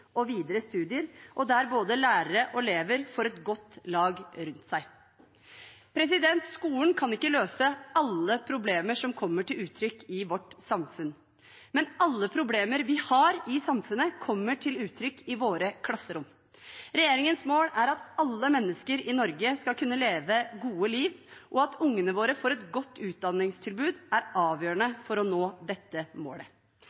og videre studier, og der både lærere og elever får et godt lag rundt seg. Skolen kan ikke løse alle problemer som kommer til uttrykk i vårt samfunn, men alle problemer vi har i samfunnet, kommer til uttrykk i våre klasserom. Regjeringens mål er at alle mennesker i Norge skal kunne leve et godt liv, og at ungene våre får et godt utdanningstilbud, er avgjørende for å nå dette målet.